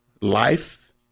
life